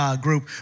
group